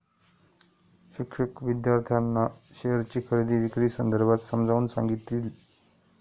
शिक्षक विद्यार्थ्यांना शेअरची खरेदी विक्री संदर्भात समजावून सांगतील